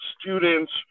students